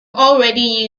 already